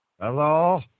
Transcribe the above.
Hello